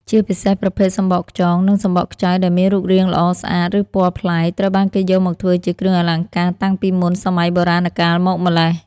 ជាពិសេសប្រភេទសំបកខ្យង និងសំបកខ្ចៅដែលមានរូបរាងល្អស្អាត ឬពណ៌ប្លែក ត្រូវបានគេយកមកធ្វើជាគ្រឿងអលង្ការតាំងពីមុនសម័យបុរាណកាលមកម្ល៉េះ។